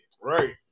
Right